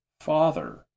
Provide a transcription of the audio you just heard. father